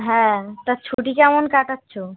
হ্যাঁ তা ছুটি কেমন কাটাচ্ছ